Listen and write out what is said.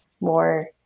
more